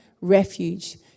refuge